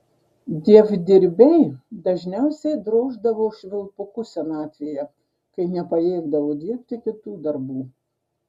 dievdirbiai dažniausiai droždavo švilpukus senatvėje kai nepajėgdavo dirbti kitų darbų